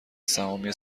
سهامی